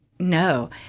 No